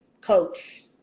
Coach